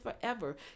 forever